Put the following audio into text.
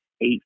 eight